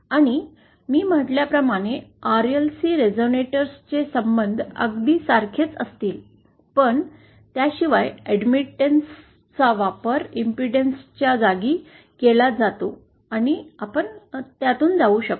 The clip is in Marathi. आणि मी म्हटल्याप्रमाणे RLC रेझोनेटरचे संबंध अगदी सारखेच असतील पण त्याशिवाय एडमिटेंसस चा वापर इंपेडेंससच्या जागी केला जातो आणि आपण त्यातून जाऊ शकतो